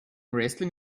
wrestling